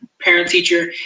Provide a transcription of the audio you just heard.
parent-teacher